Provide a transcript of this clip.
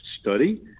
study